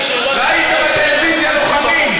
ראית בטלוויזיה לוחמים.